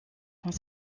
dans